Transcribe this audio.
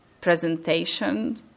presentation